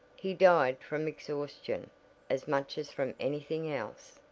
he died from exhaustion as much as from any thing else.